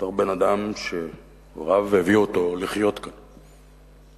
בתור בן-אדם שהוריו הביאו אותו לחיות כאן,